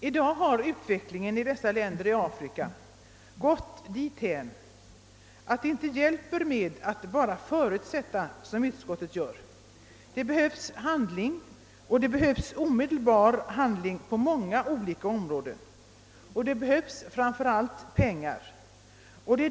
I dag har utvecklingen i dessa länder i Afrika gått dithän, att det inte hjälper med att bara förutsätta såsom utskottet gör. Det behövs omedelbar handling på många olika områden, och det behövs framför allt pengar.